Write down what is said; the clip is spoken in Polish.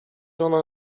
ona